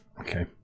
Okay